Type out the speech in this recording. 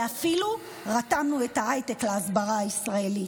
ואפילו רתמנו את ההייטק להסברה הישראלית.